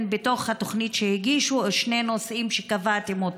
בתוך התוכנית שהגישו שני נושאים שקבעתם,